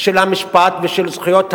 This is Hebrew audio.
של המשפט ושל זכויות האדם,